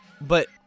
but-